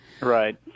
Right